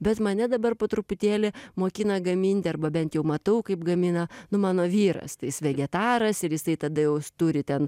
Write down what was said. bet mane dabar po truputėlį mokina gaminti arba bent jau matau kaip gamina nu mano vyras tai jis vegetaras ir jisai tada jau turi ten